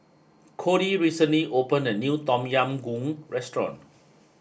codey recently opened a new Tom Yam Goong restaurant